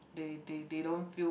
they they they don't feel